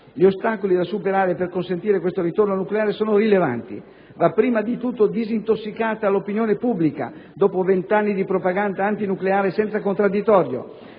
Gli ostacoli da superare per consentire questo ritorno al nucleare sono rilevanti. Va prima di tutto disintossicata l'opinione pubblica, dopo vent'anni di propaganda antinucleare senza contraddittorio,